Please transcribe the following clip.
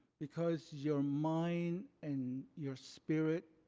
because your mind and your spirit,